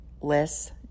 less